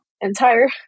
entire